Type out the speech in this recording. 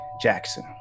Jackson